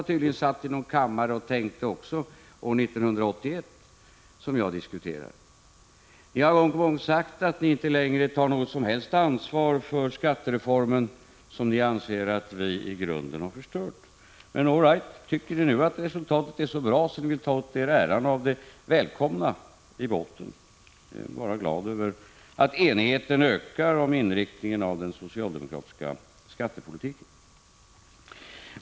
som tydligen också satt i någon kammare och tänkte, år 1981. Ni har ju sagt att ni inte längre tar något som helst ansvar för skattereformen, som ni anser att vi i grunden har förstört. Men all right — tycker ni nu att resultatet är så bra att ni vill ta åt er äran. så välkomna i båten! Jag är bara glad över att enigheten ökar om inriktningen av den socialdemokratiska skattepolitiken.